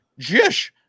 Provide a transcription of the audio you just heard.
Jish